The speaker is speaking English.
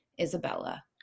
Isabella